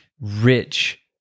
rich